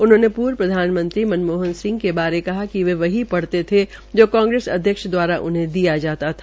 उन्होंने पूर्व प्रधानमंत्री मनमोहन सिंह के बारे कहा कि वे वहीं पढ़ते थे जो कांग्रेस अध्यक्ष द्वारा उन्हें दिया जाता था